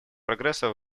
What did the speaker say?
прогресса